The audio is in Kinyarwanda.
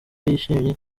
yishimye